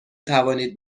توانید